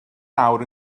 nawr